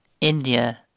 India